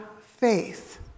faith